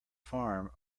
farm